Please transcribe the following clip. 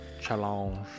Challenge